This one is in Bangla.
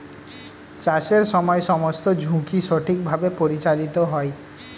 চাষের সময় সমস্ত ঝুঁকি সঠিকভাবে পরিচালিত হয়